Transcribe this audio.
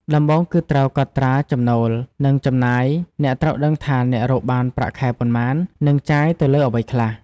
ដំបូងគឺត្រូវកត់ត្រាចំណូល និងចំណាយ អ្នកត្រូវដឹងថាអ្នករកបានប្រាក់ខែប៉ុន្មាន និងចាយទៅលើអ្វីខ្លះ។